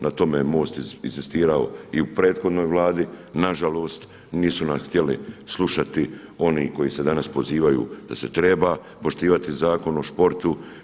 Na tome je MOST inzistirao i u prethodnoj Vladi, nažalost nisu nas htjeli slušati oni koji se danas pozivaju da se treba poštivati Zakon o sportu.